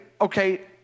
okay